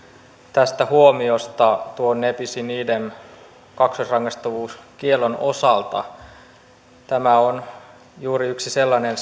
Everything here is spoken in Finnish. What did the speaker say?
tästä huomiosta tuon ne bis in idem kaksoisrangaistavuuskiellon osalta tämä on juuri yksi sellainen